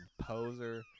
poser